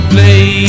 Play